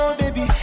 baby